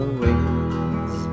wings